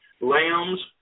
lambs